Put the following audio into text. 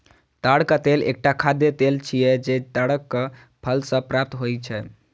ताड़क तेल एकटा खाद्य तेल छियै, जे ताड़क फल सं प्राप्त होइ छै